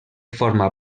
forma